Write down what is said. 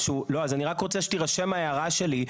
אז אני רק רוצה שתירשם ההערה שלי,